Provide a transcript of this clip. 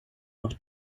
noch